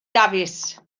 dafis